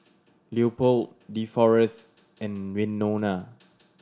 Leopold Deforest and Winona